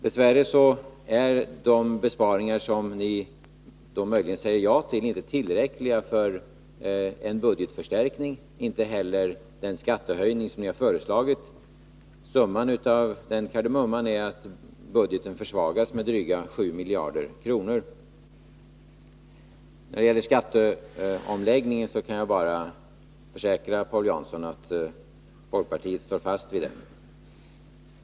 Dess värre är de besparingar som ni möjligen säger ja till inte tillräckliga för en budgetförstärkning; det är inte heller den skattehöjning som ni har föreslagit. Summan av kardemumman blir att budgeten försvagas med drygt 7 miljarder kronor. När det gäller skatteomläggningen kan jag försäkra Paul Jansson att folkpartiet står fast vid den.